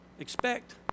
Expect